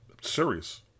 Serious